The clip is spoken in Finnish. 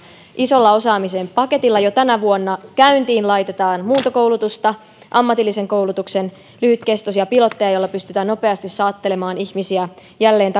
osaamisen paketilla jo tänä vuonna käyntiin laitetaan muuntokoulutusta ammatillisen koulutuksen lyhytkestoisia pilotteja joilla pystytään nopeasti saattelemaan ihmisiä jälleen